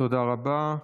תודה רבה.